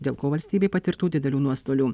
dėl ko valstybė patirtų didelių nuostolių